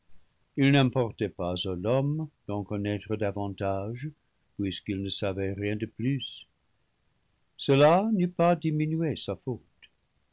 il n'importait pas à l'homme d'en connaître davantage puisqu'il ne savait rien de plus cela n'eût pas diminué sa faute